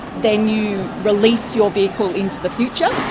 then you release your vehicle into the future.